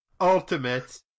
ultimate